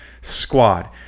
squad